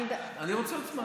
אני רוצה עוד זמן.